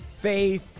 faith